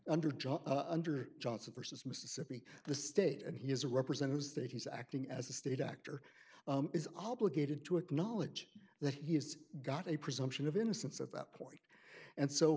john under johnson versus mississippi the state and his representatives that he's acting as a state actor is obligated to acknowledge that he's got a presumption of innocence at that point and so